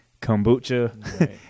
kombucha